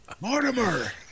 Mortimer